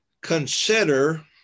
consider